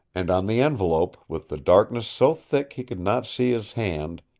and on the envelope, with the darkness so thick he could not see his hand,